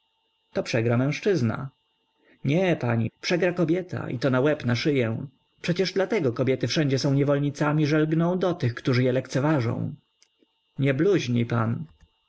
to przegra mężczyzna nie pani przegra kobieta i to na łeb na szyję przecież dlatego kobiety wszędzie są niewolnicami że lgną do tych którzy je lekceważą nie bluźnij pan